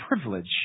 privilege